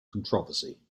controversy